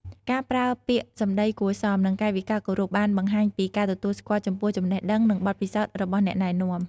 ការប្រើពាក្យសំដីគួរសម និងកាយវិការគោរព បានបង្ហាញពីការទទួលស្គាល់ចំពោះចំណេះដឹង និងបទពិសោធន៍របស់អ្នកណែនាំ។